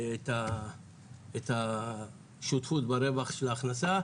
את השותפות ברווח של ההכנסה.